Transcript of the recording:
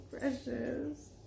precious